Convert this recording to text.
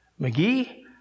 McGee